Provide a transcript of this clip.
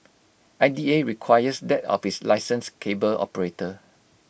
I D A requires that of its licensed cable operator